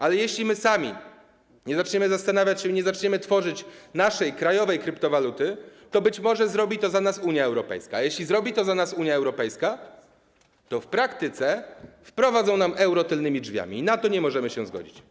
Ale jeśli my sami nie zaczniemy zastanawiać się i nie zaczniemy tworzyć naszej, krajowej kryptowaluty, to być może zrobi to za nas Unia Europejska, a jeśli zrobi to za nas Unia Europejska, to w praktyce wprowadzą nam euro tylnymi drzwiami, a na to nie możemy się zgodzić.